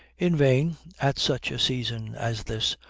in vain, at such a season as this,